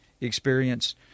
experience